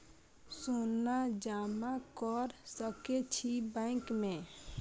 सोना जमा कर सके छी बैंक में?